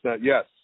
yes